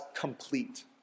complete